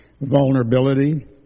vulnerability